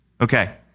Okay